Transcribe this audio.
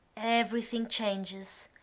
everything changes.